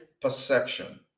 perception